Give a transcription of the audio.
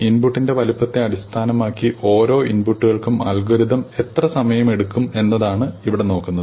ഇൻപുട്ടിന്റെ വലുപ്പത്തെ അടിസ്ഥാനമാക്കി ഓരോ ഇൻപുട്ടുകൾക്കും അൽഗോരിതം എത്ര സമയം എടുക്കും എന്നതാണ് ഇവിടെ നോക്കുന്നത്